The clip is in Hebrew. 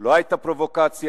לא היתה פרובוקציה,